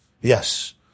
Yes